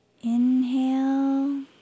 Inhale